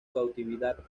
cautividad